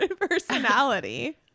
personality